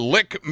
Lick